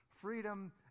Freedom